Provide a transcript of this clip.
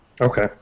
Okay